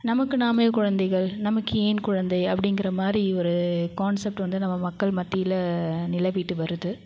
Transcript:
நமக்கு நாமே குழந்தைகள் நமக்கு ஏன் குழந்தை அப்படிங்கிற மாதிரி ஒரு கான்சப்ட் வந்து நம்ம மக்கள் மத்தியில் நிலவிட்டு வருது